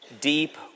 Deep